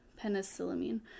penicillamine